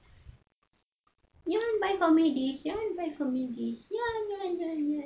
you want to buy for me dik you want to buy for me dik you want you want